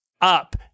up